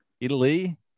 Italy